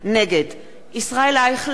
נגד ישראל אייכלר,